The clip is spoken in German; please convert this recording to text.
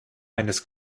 eines